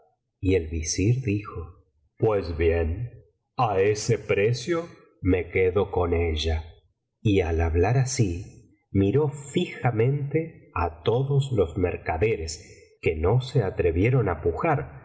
y el visir dijo pues bien á ese precio me quedo con ella y al hablar así miró fijamente á todos los mercaderes que no se atrevieron á pujar